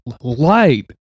Light